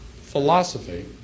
philosophy